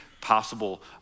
possible